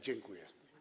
Dziękuję.